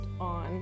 on